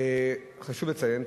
חשוב לציין,